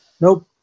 Nope